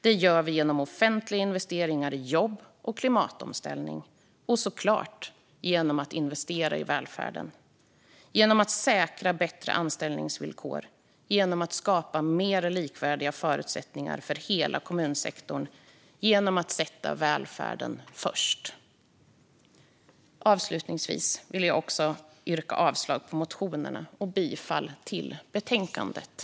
Det gör vi genom offentliga investeringar i jobb och klimatomställning och såklart genom att investera i välfärden, genom att säkra bättre anställningsvillkor, genom att skapa mer likvärdiga förutsättningar för hela kommunsektorn och genom att sätta välfärden först. Avslutningsvis vill jag yrka avslag på motionerna och bifall till utskottets förslag.